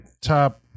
top